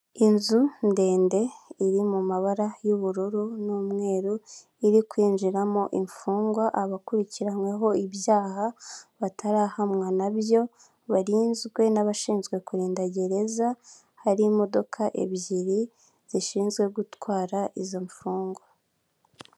Inzu ndende iri mu mabara y'ubururu n'umweru iri kwinjiramo imfungwa abakurikiranyweho ibyaha, batarahamwa nabyo, barinzwe n'abashinzwe kurinda gereza, hari imodoka ebyiri zishinzwe gutwara izo mfungwa.